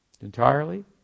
entirely